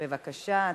התשע"ב 2012. בבקשה.